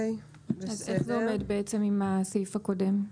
אז איך זה עומד בעצם עם הסעיף הקודם?